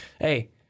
hey